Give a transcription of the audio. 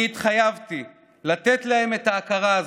אני התחייבתי לתת להם את ההכרה הזו,